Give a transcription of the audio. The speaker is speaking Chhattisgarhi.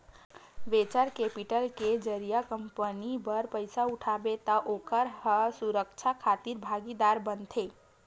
वेंचर केपिटल के जरिए कंपनी बर पइसा उठाबे त ओ ह सुरक्छा खातिर भागीदार बनथे